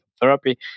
therapy